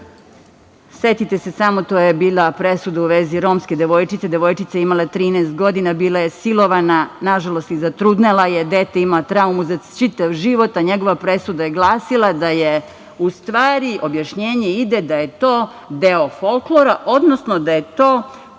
setite se samo, to je bila presuda u vezi romske devojčice, devojčica je imala 13 godina, bila je silovana, nažalost i zatrudnela je, dete ima traumu za čitav život, a njegova presuda je glasila, da je u stvari objašnjenje ide da je to deo folklora, odnosno da je to